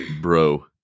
bro